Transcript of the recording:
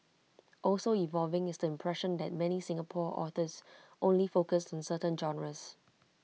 also evolving is the impression that many Singapore authors only focus on certain genres